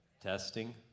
Testing